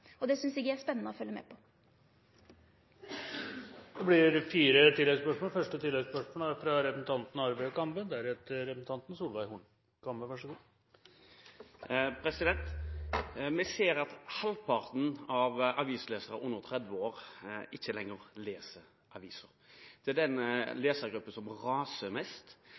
og det synest eg det er spennande å følgje med på. Det blir fire oppfølgingsspørsmål – først representanten Arve Kambe. Vi ser at halvparten av avisleserne under 30 år ikke lenger leser aviser. Det er den lesergruppen som raser mest,